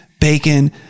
bacon